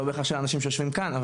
לא בהכרח שאנשים יושבים כאן.